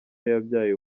yabyaye